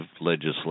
legislation